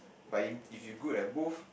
but if if you good at both